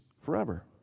forever